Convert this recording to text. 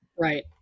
right